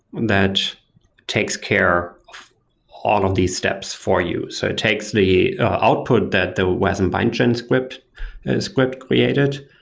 that takes care of all of these steps for you. so, it takes the output that the wasm-bindgen script ah script created.